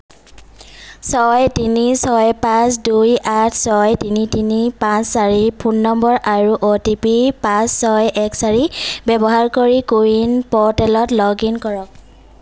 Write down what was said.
ছয় তিনি ছয় পাঁচ দুই আঠ ছয় তিনি তিনি পাঁচ চাৰি ফোন নম্বৰ আৰু অ'টিপি পাঁচ ছয় এক চাৰি ব্যৱহাৰ কৰি কো ৱিন প'ৰ্টেলত লগ ইন কৰক